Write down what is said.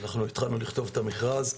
אנחנו התחלנו לכתוב את המכרז,